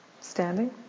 standing